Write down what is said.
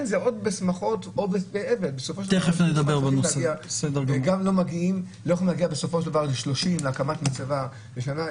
זה בשמחות או באבל וגם לא יכולים להגיע ל-30 להקמת מצבה לשנה.